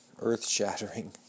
earth-shattering